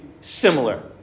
similar